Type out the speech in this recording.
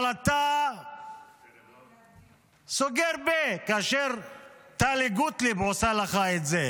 אבל אתה סוגר את הפה כאשר טלי גוטליב עושה לך את זה?